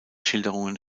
schilderungen